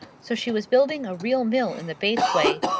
so she was building a real mill in the bates way,